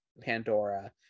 Pandora